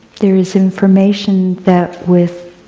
there is information that with